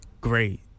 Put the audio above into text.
great